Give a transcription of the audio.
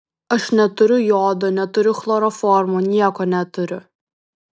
aš neturiu jodo neturiu chloroformo nieko neturiu